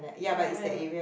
ya whatever